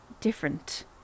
different